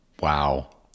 wow